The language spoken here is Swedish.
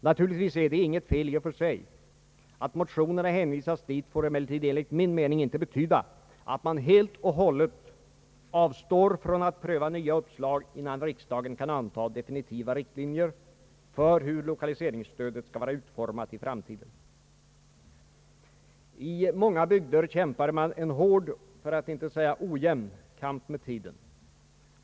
Naturligtvis är det inget fel i och för sig. Ått motionerna hänvisats dit får emellertid enligt min uppfattning inte betyda att man helt och hållet avstår från att pröva nya uppslag innan riksdagen kan anta definitiva riktlinjer för hur lokaliseringsstödet skall vara utformat i framtiden. I många bygder kämpar man en hård för att inte säga ojämn kamp med tiden.